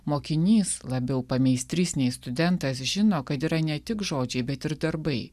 mokinys labiau pameistrys nei studentas žino kad yra ne tik žodžiai bet ir darbai